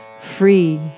Free